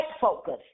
focus